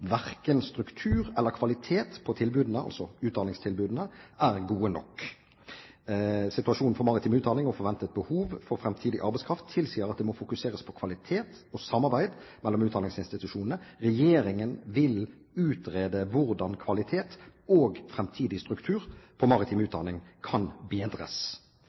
verken struktur eller kvalitet på tilbudene», altså utdanningstilbudene, «er gode nok. Situasjonen for maritim utdanning og forventet behov for framtidig arbeidskraft tilsier at det må fokuseres på kvalitet og samarbeid mellom utdanningsinstitusjonene. Regjeringen vil utrede hvordan kvalitet og framtidig struktur på maritim utdanning kan bedres